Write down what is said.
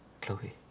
Chloe